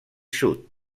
sud